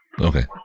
Okay